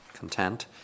content